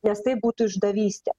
nes tai būtų išdavystė